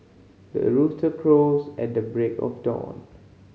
the rooster crows at the break of dawn